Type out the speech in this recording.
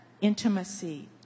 intimacy